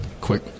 quick